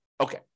Okay